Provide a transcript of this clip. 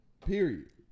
period